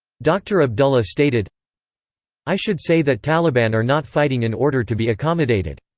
dr. abdullah stated i should say that taliban are not fighting in order to be accommodated.